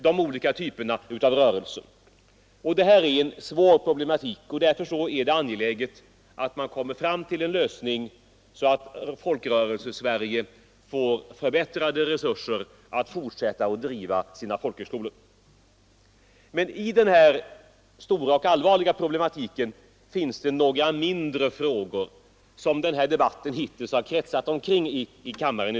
Det är en svår problematik, och därför är det angeläget att man kommer fram till en sådan lösning att organisationerna får förbättrade resurser att fortsätta att driva sina folkhögskolor. Det är i ett par mindre frågor som debatten i kammaren i dag hittills har kretsat kring.